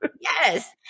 Yes